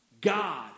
God